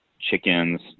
chickens